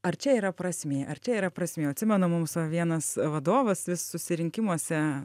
ar čia yra prasmė ar čia yra prasmė atsimenu mums va vienas vadovas vis susirinkimuose